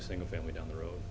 a single family down the road